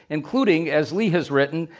including, as lee has written,